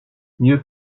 mieux